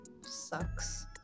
sucks